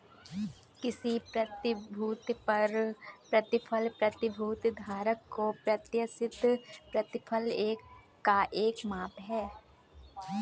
किसी प्रतिभूति पर प्रतिफल प्रतिभूति धारक को प्रत्याशित प्रतिफल का एक माप है